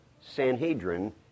Sanhedrin